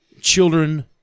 children